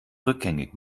rückgängig